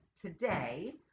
today